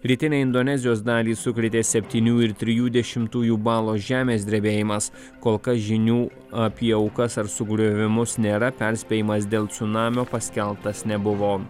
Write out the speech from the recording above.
rytinę indonezijos dalį sukrėtė septynių ir trijų dešimtųjų balo žemės drebėjimas kol kas žinių apie aukas ar sugriovimus nėra perspėjimas dėl cunamio paskelbtas nebuvo